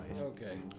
Okay